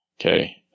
Okay